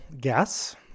guess